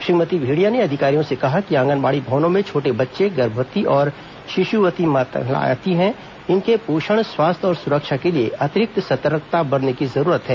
श्रीमती मेंडिया ने अधिकारियों से कहा कि आंगनबाड़ी भवनों में छोटे बच्चे गर्भवती और शिशुवती महिलाएं आती हैं इनके पोषण स्वास्थ्य और सुरक्षा के लिए अतिरिक्त सतर्कता बरतने की जरूरत है